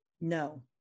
no